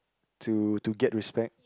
to to get respect